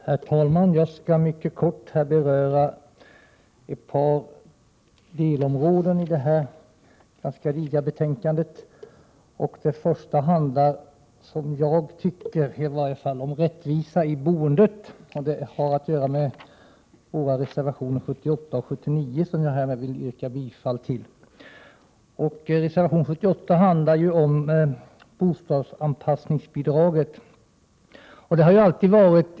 Herr talman! Jag skall mycket kort beröra ett par delområden i det här ganska digra betänkandet. Det första handlar — det är i varje fall min åsikt — om rättvisa i boendet. Det tas upp i våra reservationer 78 och 79, som jag härmed yrkar bifall till. Reservation 78 handlar om bostadsanpassningsbidraget.